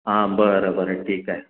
हां बरं बरं ठीक आहे